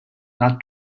not